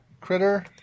critter